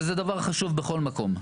שזה דבר חשוב בכל מקום,